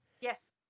Yes